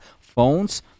phones